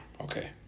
okay